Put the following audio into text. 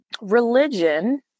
religion